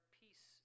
peace